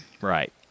Right